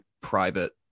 private